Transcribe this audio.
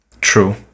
True